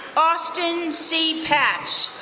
austin c. patch,